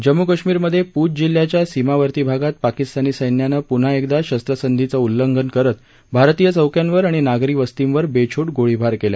जम्मू कश्मीरमधे पूंछ जिल्ह्याच्या सीमावर्ती भागात पाकिस्तानी सैन्यानं पुन्हा एकदा शस्त्रसंधीचं उल्लंघन करत भारतीय चौक्यांवर आणि नागरी वस्तींवर बेछूट गोळीबार केला